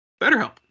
BetterHelp